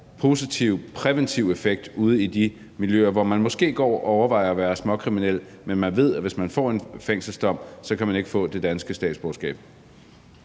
positiv præventiv effekt ude i de miljøer, hvor man måske går og overvejer at være småkriminel, men ved, at hvis man får en fængselsdom, kan man ikke få det danske statsborgerskab?